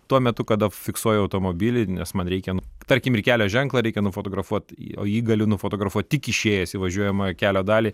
tuo metu kada fiksuoju automobilį nes man reikia tarkim ir kelio ženklą reikia nufotografuot o jį galiu nufotografuoti tik išėjęs į važiuojamąją kelio dalį